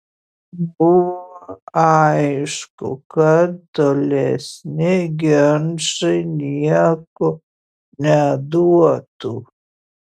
buvo aišku kad tolesni ginčai nieko neduotų